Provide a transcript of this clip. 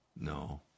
no